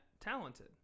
talented